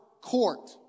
court